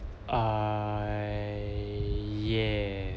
I yeah